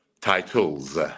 titles